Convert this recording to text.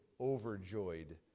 overjoyed